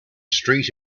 street